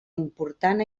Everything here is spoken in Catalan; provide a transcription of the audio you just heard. important